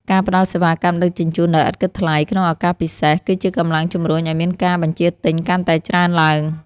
ការផ្ដល់សេវាកម្មដឹកជញ្ជូនដោយឥតគិតថ្លៃក្នុងឱកាសពិសេស គឺជាកម្លាំងជម្រុញឱ្យមានការបញ្ជាទិញកាន់តែច្រើនឡើង។